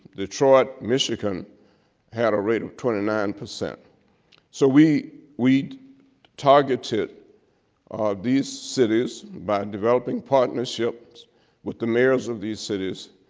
detroit michigan had a rate of twenty nine. so so we we targeted these cities by and developing partnerships with the mayors of these cities,